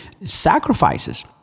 sacrifices